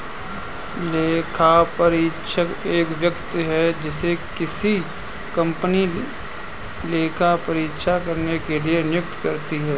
लेखापरीक्षक एक व्यक्ति है जिसे किसी कंपनी लेखा परीक्षा करने के लिए नियुक्त करती है